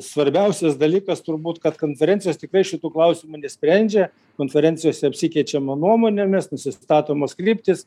svarbiausias dalykas turbūt kad konferencijos tikrai šitų klausimų nesprendžia konferencijose apsikeičiama nuomonėmis nusistatomos kryptys